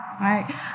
right